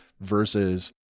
versus